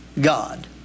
God